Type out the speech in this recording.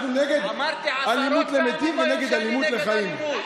אנחנו נגד אלימות כלפי מתים ונגד אלימות כלפי חיים.